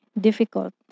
difficult